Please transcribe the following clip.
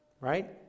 Right